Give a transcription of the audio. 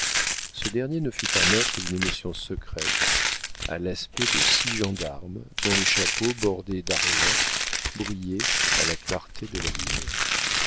ce dernier ne fut pas maître d'une émotion secrète à l'aspect de six gendarmes dont les chapeaux bordés d'argent brillaient à la clarté de la lune